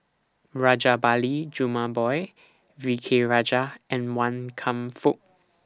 Rajabali Jumabhoy V K Rajah and Wan Kam Fook